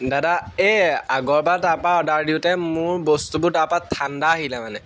দাদা এই আগৰবাৰ তাৰপৰা অৰ্ডাৰ দিওঁতে মোৰ বস্তুবোৰ তাৰপৰা ঠাণ্ডা আহিলে মানে